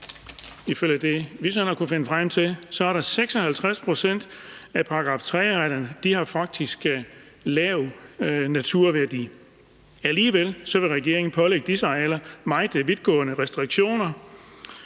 Ifølge det, vi sådan har kunnet finde frem til, har 56 pct. af § 3-arealerne faktisk lav naturværdi. Alligevel vil regeringen pålægge disse arealer meget vidtgående restriktioner,